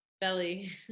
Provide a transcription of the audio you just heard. belly